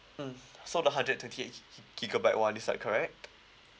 mm so the hundred twenty eight gig~ gig~ gigabyte one is that correct